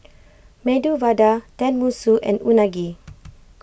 Medu Vada Tenmusu and Unagi